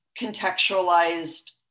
contextualized